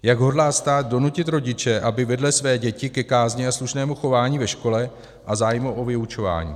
Jak hodlá stát donutit rodiče, aby vedli své děti ke kázni a slušnému chování ve škole a zájmu o vyučování?